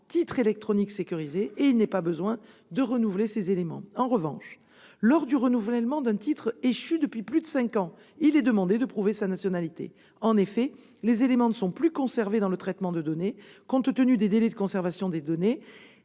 titres électroniques sécurisés », et il n'est pas besoin de renouveler ces éléments. En revanche, lors du renouvellement d'un titre échu depuis plus de cinq ans, il est demandé de prouver sa nationalité. En effet, les éléments ne sont plus conservés dans le traitement de données, compte tenu des délais de conservation des données,